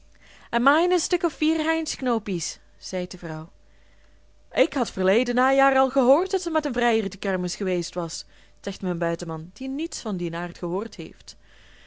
en main en stuk of vier heinsknoopies zeit de vrouw ik had verleden najaar al gehoord dat ze met een vrijer te kermis geweest was zegt mijn buitenman die niets van dien aard gehoord heeft